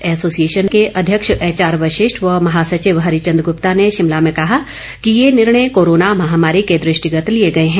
association के अध्यक्ष HR Vashishtha व महासचिव हरिचंद गुप्ता ने शिमला में कहा कि ये निर्णय कोरोना महामारी के दृष्टिगत लिए गए हैं